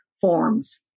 forms